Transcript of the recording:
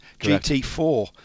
GT4